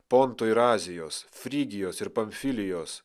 ponto ir azijos frygijos ir filijos